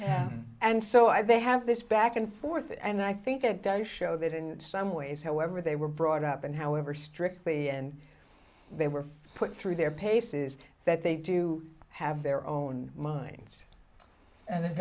i they have this back and forth and i think it does show that in some ways however they were brought up in however strictly and they were put through their paces that they do have their own minds and